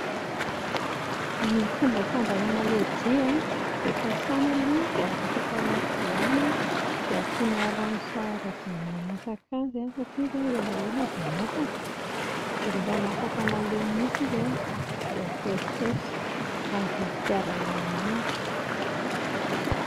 Ny fomba fandrahoana lojy a, sasana aloha dia arotsaka ao anaty vilany a, dia ampiana rano sahaza izay mahamasaka azy a satria izy ela ela vao masaka, dia rehefa masaka malemy mihintsy izy a dia hatao saosy amin'izay hitiavanao an'azy